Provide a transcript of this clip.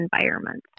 environments